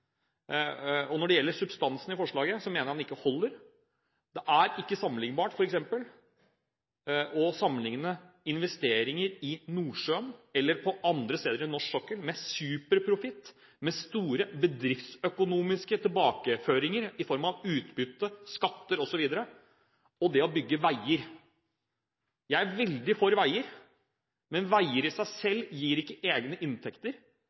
når det gjelder substansen i forslaget, mener han det ikke holder. For eksempel kan man ikke sammenligne investeringer i Nordsjøen – eller andre steder på norsk sokkel med superprofitt, med store bedriftsøkonomiske tilbakeføringer i form av utbytte, skatter osv. – og det å bygge veier. Jeg er veldig for veier, men veier i seg selv gir ikke egne inntekter.